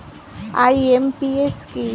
IMPS কি?